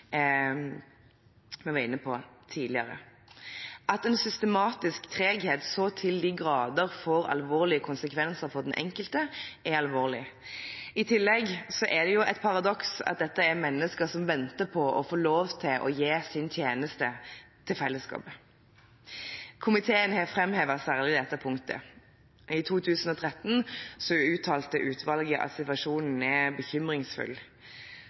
men det rammer enkeltmennesker hardest – som vi var inne på tidligere. At en systematisk treghet så til de grader får alvorlige konsekvenser for den enkelte, er alvorlig. I tillegg er det et paradoks at dette er mennesker som venter på å få lov til å gi sin tjeneste til fellesskapet. Komiteen har framhevet særlig dette punktet. I 2013 uttalte utvalget at situasjonen var bekymringsfull.